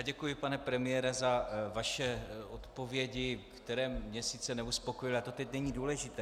Děkuji, pane premiére, za vaše odpovědi, které mě sice neuspokojily, ale to teď není důležité.